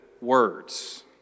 words